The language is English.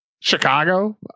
Chicago